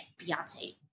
Beyonce